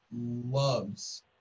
loves